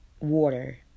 water